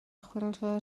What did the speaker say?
chwyldro